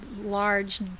large